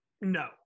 no